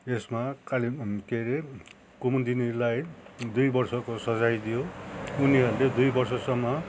यसमा कालिम के अरे कुमुदिनीलाई दुई वर्षको सजाय दियो उनीहरूले दुई वर्षसम्म